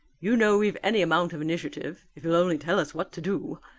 you know we've any amount of initiative, if you'll only tell us what to do.